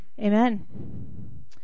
amen